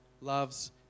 loves